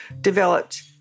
developed